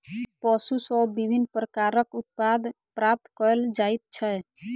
पशु सॅ विभिन्न प्रकारक उत्पाद प्राप्त कयल जाइत छै